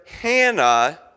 Hannah